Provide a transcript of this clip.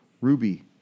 Ruby